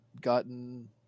gotten